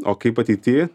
o kaip ateityj